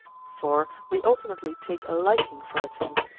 for we ultimately take a liking for a thing,